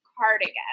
cardigan